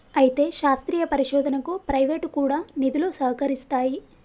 అయితే శాస్త్రీయ పరిశోధనకు ప్రైవేటు కూడా నిధులు సహకరిస్తాయి